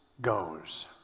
goes